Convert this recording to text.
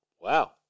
Wow